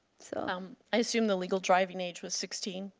so um i assume the legal driving age was sixteen?